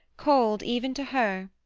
cold even to her,